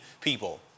people